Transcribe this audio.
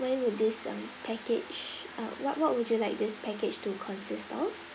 when would this uh package uh what what would you like this package to consist of